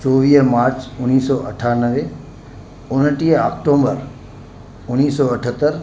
चोवीह मार्च उणिवीह सौ अठानवे उणटीह अक्टूंबर उणिवीह सौ अठहतरि